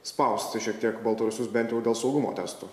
spausti šiek tiek baltarusius bent jau dėl saugumo testų